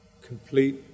complete